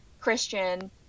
christian